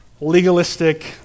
legalistic